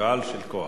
גל של כוח.